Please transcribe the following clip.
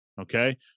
Okay